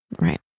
right